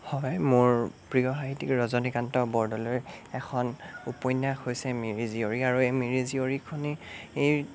হয় মোৰ প্ৰিয় সাহিত্যিক ৰজনীকান্ত বৰদলৈৰ এখন উপন্যাস হৈছে মিৰি জীয়ৰী আৰু এই মিৰি জীয়ৰীখনেই এই